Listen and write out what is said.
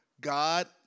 God